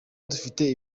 dufite